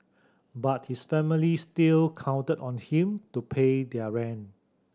but his family still counted on him to pay their rent